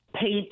paint